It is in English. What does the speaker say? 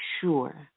sure